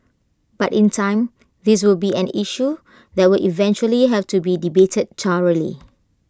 but in time this will be an issue that will eventually have to be debated thoroughly